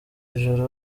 ijoro